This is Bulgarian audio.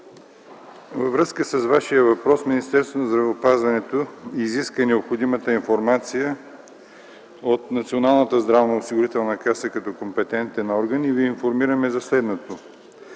във връзка с Вашия въпрос Министерството на здравеопазването изиска необходимата информация от Националната здравноосигурителна каса като компетентен орган и Ви информираме за следното.